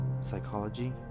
psychology